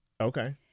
Okay